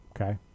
Okay